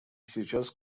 сейчас